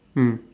mm